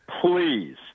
please